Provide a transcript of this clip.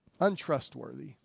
untrustworthy